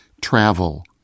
travel